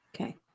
Okay